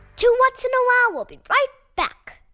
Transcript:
two whats? and a wow! will be right back.